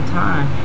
time